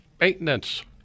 maintenance